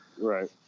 Right